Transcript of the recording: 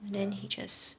then he just